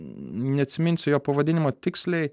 neatsiminsiu jo pavadinimo tiksliai